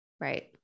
Right